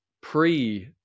pre